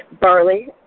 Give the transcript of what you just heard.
barley